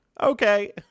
Okay